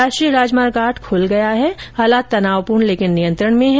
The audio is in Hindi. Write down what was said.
राष्ट्रीय राजमार्ग आठ खुल गया है और हालात तनावपूर्ण लेकिन नियंत्रण में है